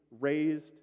raised